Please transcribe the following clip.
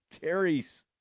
Terry's